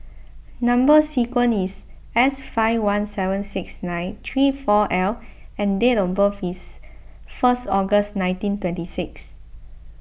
Number Sequence is S five one seven six nine three four L and date of birth is first August nineteen twenty six